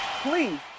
Please